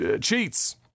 cheats